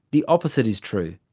the opposite is true.